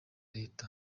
leta